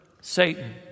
Satan